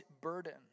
burden